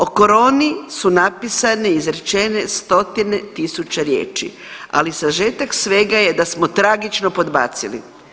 O koroni su napisani i izrečene stotine tisuća riječi, ali sažetak svega je da smo tragično podbacili.